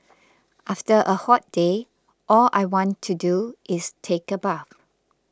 after a hot day all I want to do is take a bath